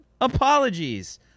Apologies